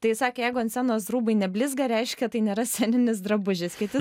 tai sakė jeigu ant scenos rūbai ne blizga reiškia tai nėra sceninis drabužis kiti